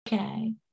Okay